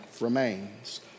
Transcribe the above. remains